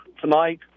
tonight